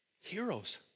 Heroes